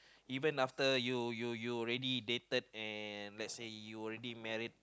even after you you you already dated and let say you already married